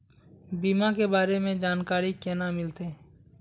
बीमा के बारे में जानकारी केना मिलते?